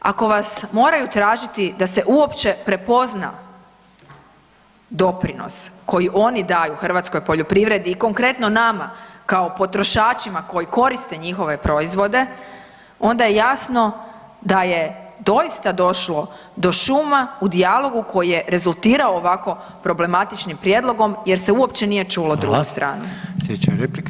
Ako vas moraju tražiti da se uopće prepozna doprinos koji oni daju hrvatskoj poljoprivredi i konkretno nama kao potrošačima koji koriste njihove proizvode onda je jasno da je doista došlo do šuma u dijalogu koji je rezultirao ovako problematičnim prijedlogom jer se uopće nije čulo drugu stranu.